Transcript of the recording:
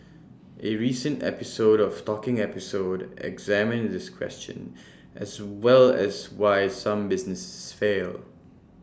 A recent episode of talking episode examined this question as well as why some businesses fail